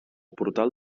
portal